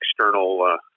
external